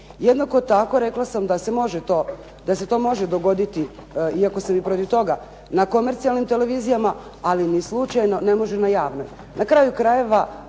Jednako tako rekla sam da se to može dogoditi iako sam i protiv toga na komercijalnim televizijama ali ni slučajno ne može na javnoj.